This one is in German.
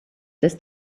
das